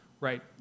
right